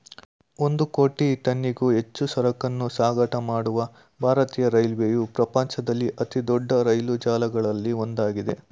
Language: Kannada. ಒಂದು ಕೋಟಿ ಟನ್ನಿಗೂ ಹೆಚ್ಚು ಸರಕನ್ನೂ ಸಾಗಾಟ ಮಾಡುವ ಭಾರತೀಯ ರೈಲ್ವೆಯು ಪ್ರಪಂಚದಲ್ಲಿ ಅತಿದೊಡ್ಡ ರೈಲು ಜಾಲಗಳಲ್ಲಿ ಒಂದಾಗಿದೆ